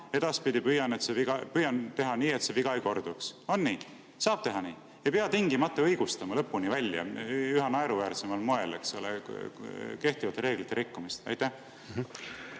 edaspidi püüan teha nii, et see viga ei korduks. On nii? Saab teha nii? Ei pea tingimata õigustama lõpuni välja üha naeruväärsemal moel, eks ole, kehtivate reeglite rikkumist. Suur